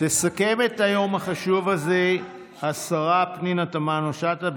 תסכם את היום החשוב הזה השרה פנינה תמנו שטה,